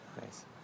Nice